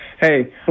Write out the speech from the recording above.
hey